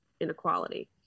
inequality